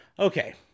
Okay